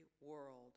world